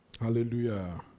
Hallelujah